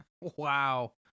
Wow